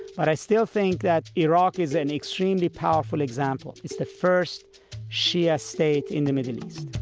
but i still think that iraq is an extremely powerful example. it's the first shia state in the middle east.